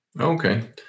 Okay